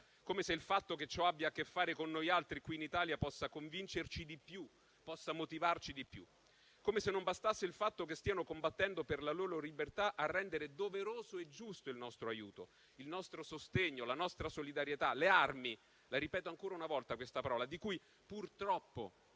Come se il fatto che ciò abbia a che fare con noi altri qui in Italia, possa convincerci e motivarci di più. Come se non bastasse il fatto che stiano combattendo per la loro libertà a rendere doveroso e giusto il nostro aiuto, il nostro sostegno, la nostra solidarietà e le armi. Ripeto ancora una volta questa parola, le armi, di cui purtroppo